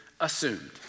assumed